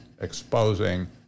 exposing